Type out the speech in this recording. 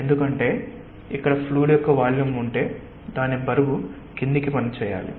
ఎందుకంటే ఇక్కడ ఫ్లూయిడ్ యొక్క వాల్యూమ్ ఉంటే దాని బరువు క్రిందికి పనిచేయాలి